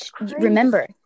remember